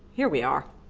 here we are.